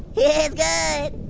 it's good.